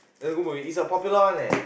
it's a good movie it's a popular one leh